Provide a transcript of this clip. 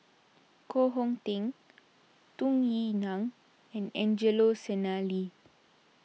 Koh Hong Teng Tung Yue Nang and Angelo Sanelli